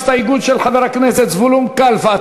הסתייגות של חבר הכנסת זבולון קלפה.